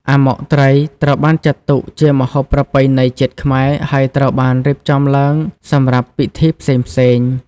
អាម៉ុកត្រី ត្រូវបានចាត់ទុកជាម្ហូបប្រពៃណីជាតិខ្មែរ ហើយត្រូវបានរៀបចំឡើងសម្រាប់ពិធីផ្សេងៗ។